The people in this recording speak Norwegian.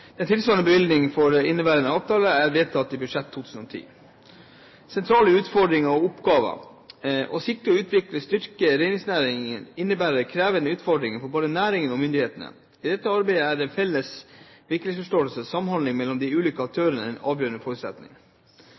Den fortjener derfor positiv oppmerksomhet og fokus på tiltak som kan bidra til at næringen sikres, utvikles og styrkes. Å sikre, utvikle og styrke reindriftsnæringen innebærer krevende utfordringer både for næringen og for myndighetene. I dette arbeidet er felles virkelighetsforståelse og samhandling mellom de ulike aktørene en avgjørende forutsetning.